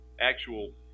actual